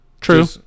True